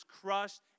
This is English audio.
crushed